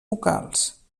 vocals